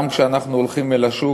גם כשאנחנו הולכים אל השוק,